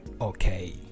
okay